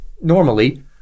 normally